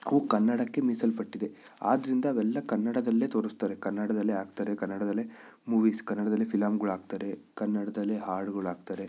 ಅವು ಕನ್ನಡಕ್ಕೆ ಮೀಸಲ್ಪಟ್ಟಿದೆ ಆದ್ದರಿಂದ ಅವೆಲ್ಲ ಕನ್ನಡದಲ್ಲೇ ತೋರಿಸ್ತಾರೆ ಕನ್ನಡದಲ್ಲೇ ಹಾಕ್ತಾರೆ ಕನ್ನಡದಲ್ಲೇ ಮೂವೀಸ್ ಕನ್ನಡದಲ್ಲೇ ಫಿಲಮ್ಗಳಾಕ್ತಾರೆ ಕನ್ನಡದಲ್ಲೇ ಹಾಡುಗಳಾಕ್ತಾರೆ